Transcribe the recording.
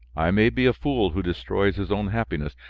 i may be a fool who destroys his own happiness,